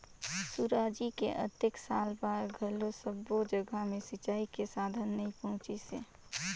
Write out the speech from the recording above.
सुराजी के अतेक साल बार घलो सब्बो जघा मे सिंचई के साधन नइ पहुंचिसे